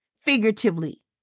Figuratively